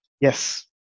Yes